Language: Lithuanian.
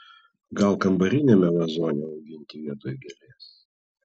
gal kambariniame vazone auginti vietoj gėlės